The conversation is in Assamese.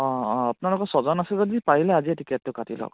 অঁ অঁ আপোনালোকৰ ছয়জন আছে যদি পাৰিলে আজিয়েই টিকেটটো কাটি লওক